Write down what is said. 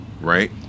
right